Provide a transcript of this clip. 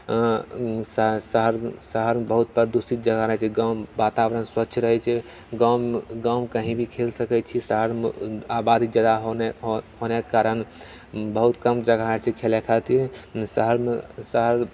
शहर शहरमे बहुत प्रदूषित जगह रहैत छै गाँवके बाताबरण स्वच्छ रहैत छै गाँवमे गाँवमे कही भी खेल सकैत छी शहरमे आबादी जादा होने होनेके कारण बहुत कम जगह छै खेलै खातिर शहरमे शहर